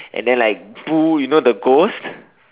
and then like boo you know the ghost